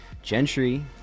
gentry